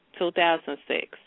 2006